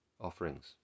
offerings